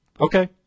Okay